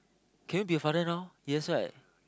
can you be a father now yes right